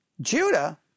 Judah